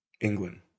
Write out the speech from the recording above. England